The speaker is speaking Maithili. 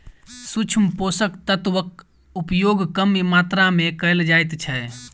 सूक्ष्म पोषक तत्वक उपयोग कम मात्रा मे कयल जाइत छै